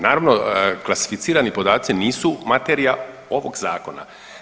Naravno klasificirani podaci nisu materija ovog zakona.